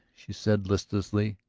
she said listlessly,